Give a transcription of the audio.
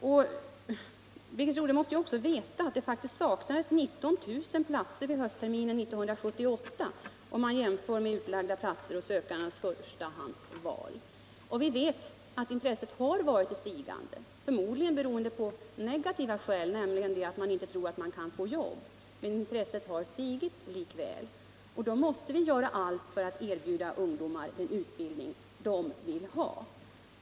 Och Birgit Rodhe måste också veta att det faktiskt saknades 19000 platser höstterminen 1978, om man jämför utlagda platser och de sökandes förstahandsval. Vi vet att intresset för gymnasieskolan har varit i stigande — låt vara förmodligen av negativa skäl, nämligen i rädsla för ungdomsarbetslöshet. Vi måste därför göra allt för att erbjuda ungdomar den utbildning de vill ha.